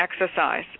Exercise